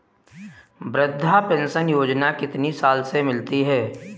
वृद्धा पेंशन योजना कितनी साल से मिलती है?